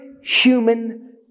human